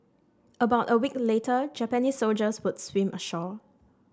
about a week later Japanese soldiers would swim ashore